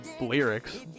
lyrics